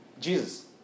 Jesus